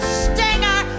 stinger